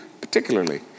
particularly